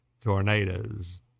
tornadoes